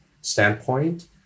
standpoint